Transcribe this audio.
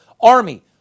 Army